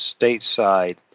stateside